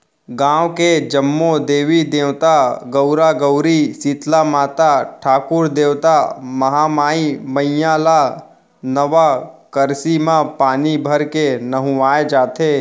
गाँव के जम्मो देवी देवता, गउरा गउरी, सीतला माता, ठाकुर देवता, महामाई मईया ल नवा करसी म पानी भरके नहुवाए जाथे